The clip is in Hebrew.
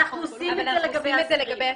זה כתוב בחוק המעצרים,